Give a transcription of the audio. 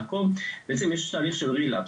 בעצם יש תהליך של relapse,